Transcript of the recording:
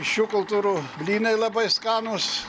šių kultūrų blynai labai skanūs